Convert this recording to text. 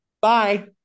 Bye